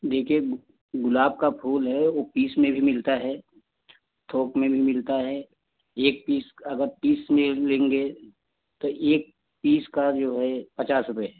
देखिए गु गुलाब का फूल है वह पीस में भी मिलता है थौक में भी मिलता है एक पीस का अगर पीस में लेंगे तो एक पीस का जो है पचास रुपये है